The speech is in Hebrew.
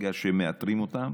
וברגע שמאתרים אותם